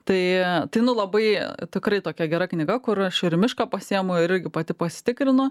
tai tai nu labai tikrai tokia gera knyga kur aš ir į mišką pasiimu ir irgi pati pasitikrinu